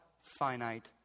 finite